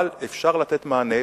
אבל אפשר לתת מענה.